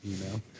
email